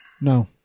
no